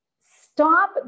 stop